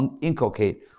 inculcate